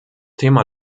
thema